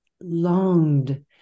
longed